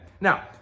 Now